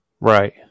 Right